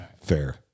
Fair